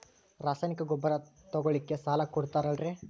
ರಾಸಾಯನಿಕ ಗೊಬ್ಬರ ತಗೊಳ್ಳಿಕ್ಕೆ ಸಾಲ ಕೊಡ್ತೇರಲ್ರೇ?